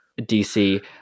DC